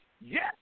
Yes